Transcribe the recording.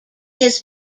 his